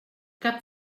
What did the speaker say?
cap